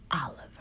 Oliver